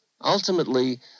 Ultimately